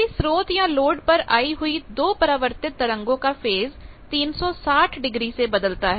किसी स्रोत या लोड पर आई हुई दो परावर्तित तरंगों का फेज़ 360 डिग्री से बदलता है